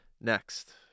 next